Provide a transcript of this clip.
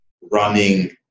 running